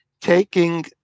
taking